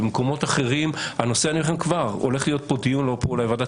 אני כבר אומר לכם שהולך להיות דיון לא כאן אלא בוועדת